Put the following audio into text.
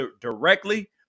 directly